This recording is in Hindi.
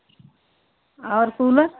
और कूलर